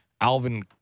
Alvin